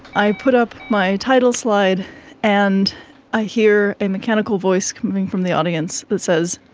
i put up my title slide and i hear a mechanical voice coming from the audience that says,